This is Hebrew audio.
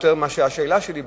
יותר מאשר השאלה שלי,